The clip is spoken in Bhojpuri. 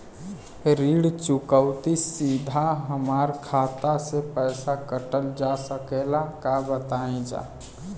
ऋण चुकौती सीधा हमार खाता से पैसा कटल जा सकेला का बताई जा?